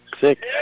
Six